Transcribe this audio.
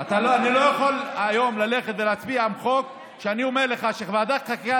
הוא לא יקודם בלי הסכמת יושב-ראש ועדת הכספים.